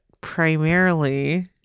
primarily